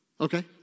Okay